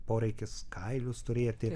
poreikis kailius turėti